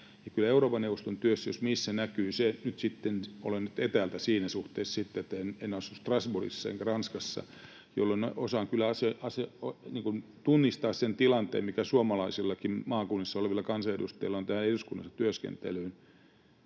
Euroopan neuvoston työssä jos missä näkyy se, että nyt sitten olen etäällä siinä suhteessa, että en asu Strasbourgissa enkä Ranskassa, ja osaan kyllä tunnistaa sen tilanteen, mikä suomalaisillakin maakunnissa olevilla kansanedustajilla on tähän eduskunnassa työskentelyyn.